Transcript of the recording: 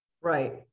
Right